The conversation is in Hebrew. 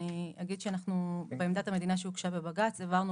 אני אגיד שבעמדת המדינה שהוגשה בבג"צ הבהרנו